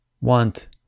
want